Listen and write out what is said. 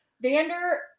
Vander